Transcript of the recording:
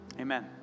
Amen